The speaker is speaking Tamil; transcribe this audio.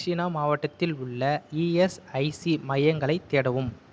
தக்ஷிணா மாவட்டத்தில் உள்ள இஎஸ்ஐசி மையங்களை தேடவும்